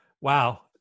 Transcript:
Wow